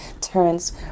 turns